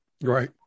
Right